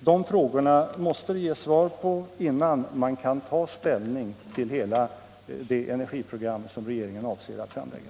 De frågorna måste det ges svar på innan man kan ta ställning till det energiprogram som regeringen avser att framlägga.